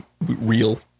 real